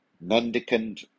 mendicant